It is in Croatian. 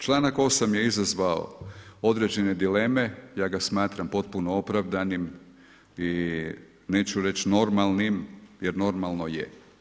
Članak 8. je izazvao određene dileme, ja ga smatram potpuno opravdanim i neću reći normalnim jer normalno je.